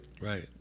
Right